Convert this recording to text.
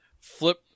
flip